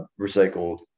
recycled